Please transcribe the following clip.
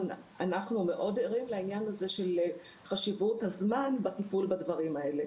כמונו מאוד ערים לחשיבות הזמן בטיפול בדברים האלה.